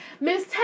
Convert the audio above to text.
Miss